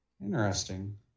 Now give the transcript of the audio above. Interesting